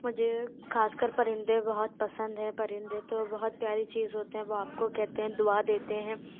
مجھے خاص کر پرندے بہت پسند ہیں پرندے تو بہت پیاری چیز ہوتے ہیں وہ آپ کو کہتے ہیں دعا دیتے ہیں